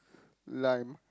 lime